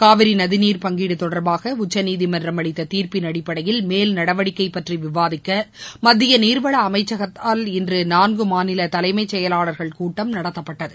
காவிரி நதிநீர் பங்கீடு தொடர்பாக உச்சநீதிமன்றம் அளித்த தீர்ப்பின் அடிப்படையில் மேல்நடவடிக்கை பற்றி விவாதிக்க மத்திய நீர்வள அமைச்சகத்தால் இன்று நான்கு மாநில தலைமைச் செயலாளர்கள் கூட்டம் நடத்தப்பட்டது